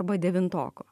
arba devintoko